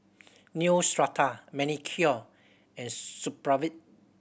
Neostrata Manicare and Supravit